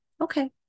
Okay